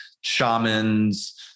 shamans